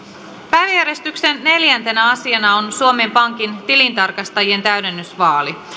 päiväjärjestyksen neljäntenä asiana on suomen pankin tilintarkastajien täydennysvaali